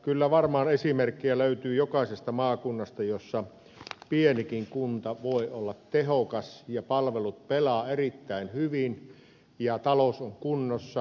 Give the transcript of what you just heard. kyllä varmaan esimerkkejä löytyy jokaisesta maakunnasta siitä että pienikin kunta voi olla tehokas palvelut pelaavat erittäin hyvin ja talous on kunnossa